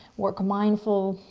work mindful.